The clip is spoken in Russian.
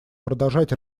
продолжать